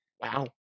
Wow